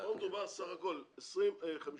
פה מדובר בסך הכול על חמש